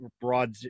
broad